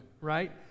right